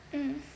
mm